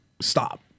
stop